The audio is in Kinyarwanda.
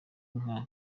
nka